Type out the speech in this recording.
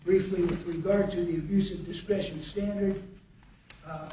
briefly with regard to the abuse of discretion standard